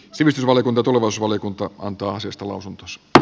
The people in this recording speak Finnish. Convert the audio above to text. sivistysvaliokunta talousvaliokunta antoi asiasta lausunto spr